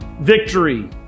Victory